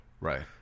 Right